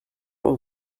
will